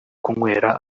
kunywera